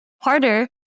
harder